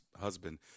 husband